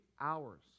hours